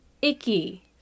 Icky